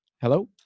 Hello